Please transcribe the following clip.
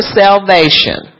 salvation